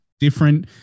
Different